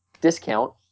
discount